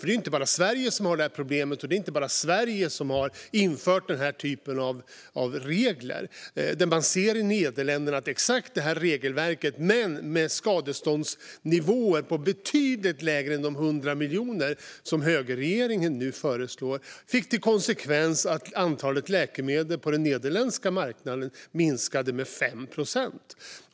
Det är inte bara Sverige som har detta problem, och det är inte bara Sverige som har infört denna typ av regler. I Nederländerna har man sett att exakt detta regelverk, men med betydligt lägre skadeståndsnivåer än de 100 miljoner som högerregeringen nu föreslår, fick till konsekvens att antalet läkemedel på den nederländska marknaden minskade med 5 procent.